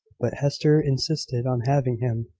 but hester insisted on having him,